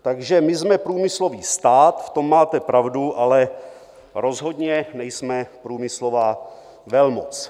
Takže my jsme průmyslový stát, v tom máte pravdu, ale rozhodně nejsme průmyslová velmoc.